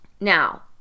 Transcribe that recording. Now